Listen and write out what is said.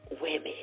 women